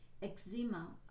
Eczema